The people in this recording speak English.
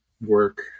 work